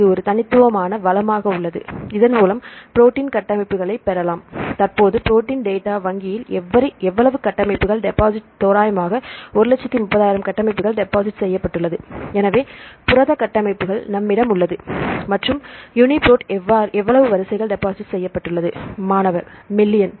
இது ஒரு தனித்துவமான வளமாக உள்ளது இதன் மூலம் புரோட்டின் கட்டமைப்புகளை பெறலாம் தற்போது ப்ரோட்டின் டேட்டா வங்கியில் எவ்வளவு கட்டமைப்புகள் டெபாசிட் தோராயமாக 130000 கட்டமைப்புகள் டெபாசிட் செய்யப்பட்டுள்ளது எனவே புரத கட்டமைப்புகள் நம்மிடம் உள்ளது மற்றும் யுனிபிராட் எவ்வளவு வரிசைகள் டெபாசிட் செய்யப்பட்டுள்ளது மாணவர் மில்லியன்